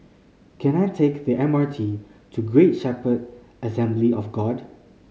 can I take the M R T to Great Shepherd Assembly of God